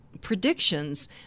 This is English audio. predictions